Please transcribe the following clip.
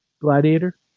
Gladiator